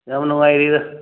ꯌꯥꯝ ꯅꯨꯡꯉꯥꯏꯔꯤꯗ